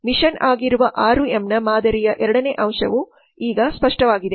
mission ಆಗಿರುವ 6M's ಮಾದರಿಯ ಎರಡನೇ ಅಂಶವು ಈಗ ಸ್ಪಷ್ಟವಾಗಿದೆ